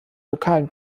lokalen